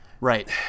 Right